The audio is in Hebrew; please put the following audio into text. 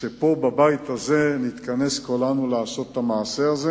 שפה בבית הזה נתכנס כולנו לעשות את המעשה הזה,